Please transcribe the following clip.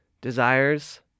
desires